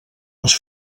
les